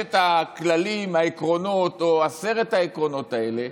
חמשת הכללים, העקרונות, או את עשרת העקרונות האלה.